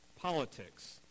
politics